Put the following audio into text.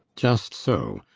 just so.